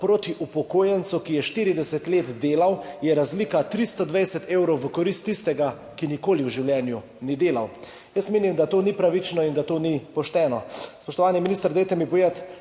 proti upokojencu, ki je 40 let delal, razlika je 320 evrov v korist tistega, ki nikoli v življenju ni delal. Menim, da to ni pravično in da to ni pošteno. Spoštovani minister, povejte mi,